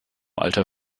alter